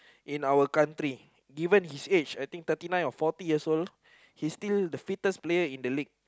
in our country even his age I think thirty nine or forty years old he's still the fittest player in the league